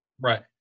Right